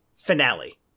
finale